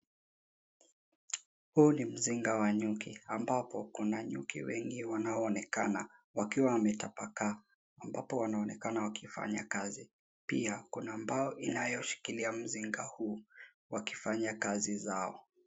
Huu ni mzinga wa nyuki ambapo kuna nyuki wengi wanaoonekana wakiwa wametapakaa ambapo wanaonekana wakifanya kazi. Pia, kuna mbao inayoshikilia mzinga huu, wakifanya kazi zao.